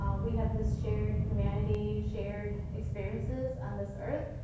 um we have this shared humanity, shared experiences on this earth,